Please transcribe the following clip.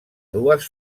dues